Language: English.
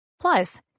Plus